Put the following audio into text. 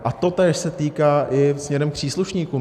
A totéž se týká směrem k příslušníkům.